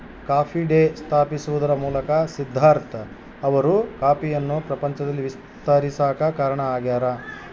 coffee day ಸ್ಥಾಪಿಸುವದರ ಮೂಲಕ ಸಿದ್ದಾರ್ಥ ಅವರು ಕಾಫಿಯನ್ನು ಪ್ರಪಂಚದಲ್ಲಿ ವಿಸ್ತರಿಸಾಕ ಕಾರಣ ಆಗ್ಯಾರ